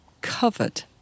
covered